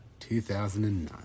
2009